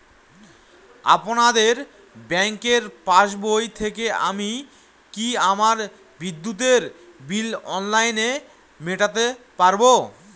আপনাদের ব্যঙ্কের পাসবই থেকে আমি কি আমার বিদ্যুতের বিল অনলাইনে মেটাতে পারবো?